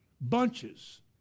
Bunches